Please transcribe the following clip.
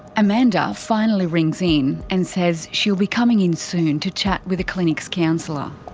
amanda finally rings in and says she'll be coming in soon to chat with the clinic's counsellor.